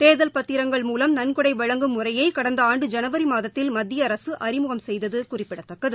தேர்தல் பத்திரங்கள் மூலம் நன்கொடைவழங்கும் முறையைகடந்தஆண்டு ஜனவரிமாதத்தில் மத்தியஅரசுஅறிமுகம் செய்ததுகுறிப்பிடத்தக்கது